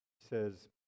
says